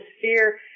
fear